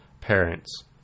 parents